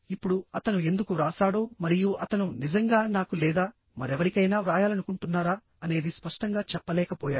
ఇప్పుడు అతను ఎందుకు వ్రాసాడో మరియు అతను నిజంగా నాకు లేదా మరెవరికైనా వ్రాయాలనుకుంటున్నారా అనేది స్పష్టంగా చెప్పలేకపోయాడు